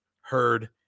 heard